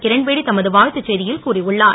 கிரண்பேடி தமது வா த்து செ ல் கூறியுள்ளார்